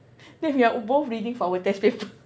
then if we are both reading for our test paper